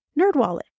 NerdWallet